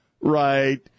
Right